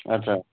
ଆଚ୍ଛା